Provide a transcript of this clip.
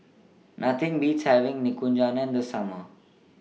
Nothing Beats having Nikujaga in The Summer